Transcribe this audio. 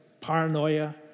paranoia